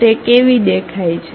તે કેવી દેખાય છે